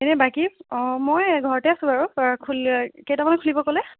এনেই বাকী অ' মই ঘৰতে আছোঁ বাৰু কেইটামানত খুলিব ক'লে